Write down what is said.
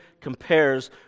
compares